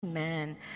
Amen